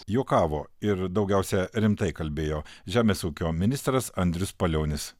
juokavo ir daugiausia rimtai kalbėjo žemės ūkio ministras andrius palionis